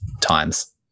times